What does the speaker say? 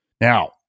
Now